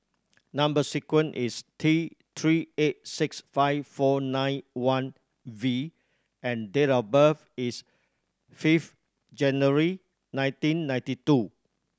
number sequence is T Three eight six five four nine one V and date of birth is fifth January nineteen ninety two